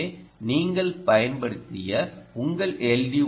எனவே நீங்கள் பயன்படுத்திய உங்கள் எல்